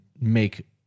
make